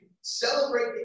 celebrate